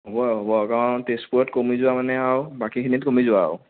হ'ব আৰু হ'ব আৰু কাৰণ তেজপুৰত কমি যোৱা মানে আৰু বাকীখিনিত কমি যোৱা আৰু